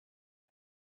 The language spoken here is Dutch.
een